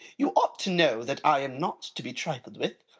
you ought to know that i am not to be trifled with.